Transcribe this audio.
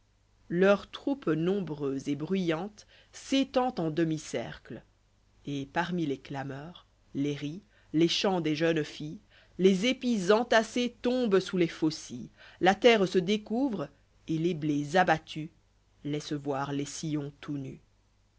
leur troupe nombreuse et bruyante s'étend en demi-cercle et parmi les clameurs les ris les chants des jeûnes filles les épis entassés tombent sous les faucilles la terre se découvre et les blés abattus laissent voir les sillons tout nus